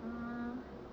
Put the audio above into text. err